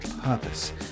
purpose